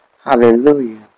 Hallelujah